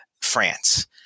France